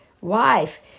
wife